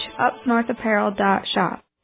upnorthapparel.shop